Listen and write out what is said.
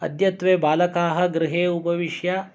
अद्यत्वे बालकाः गृहे उपविश्य